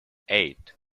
eight